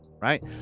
right